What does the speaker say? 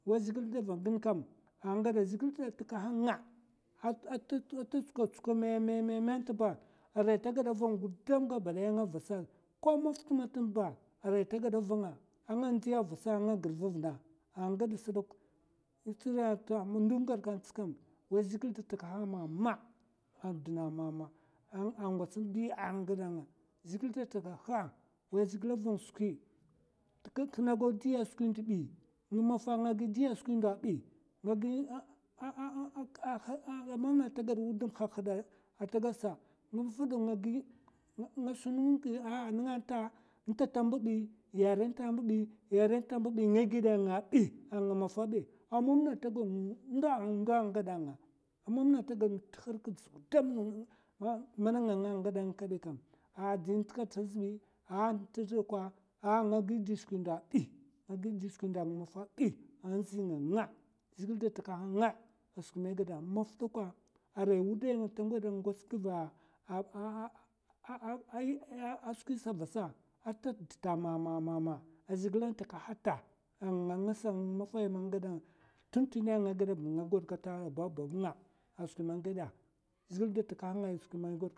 Wai zhègil da vang ngin kam a nga gada, zhègil da takaha nga ata ta tsukwè mèmèmèmè tba, arai ta gada van gudam gabaki daya nga vasa ko mak tma tm ba arai ta gada ta va'nga a nga ndiya nga gir va vna a nga gad sdok è tsriya nta ndun gad ka tskam, wai zhègil da takaha ma'ma a ndna ma'ma a ngwats nbi ya a nga gada nga. zhègil da takaha, wai zhègil van skwi. tn'nt gina gaw diya skwi ndo bi. ng'mafa nga diya skwi ndo bi, nga a mam na wudum hahad ta gad sa, ng a nga nta yarè ntata mbu'bi, arè ntata mbu'bi, nga gèda nga bi ang mafa bi. a mam na ma ndo, ndo nga gada nga, a mam na ndu t'harkds gudam ma, mana nga'nga ngagada nga kam. ah ndi nta kata zbi, a ntat dakwa, nga gidi skwi ndo bi, nga gidi skwi ndo ng mafa bi a nzdi nga'nga. zhègil da takaha nga a skwi mai gada maf dakwa arai wudai ng tagada ngwats gva skwi sa vasa ata dta ma'ma'ma a zhègilan taka hata a nga'nga ngasa ng mafa ma nga gada, tun tuni nga gèda ba, nga gwad kata ba babb nga a skwi man nga gèda, zhègil da taka ha nga skwi mai gwad.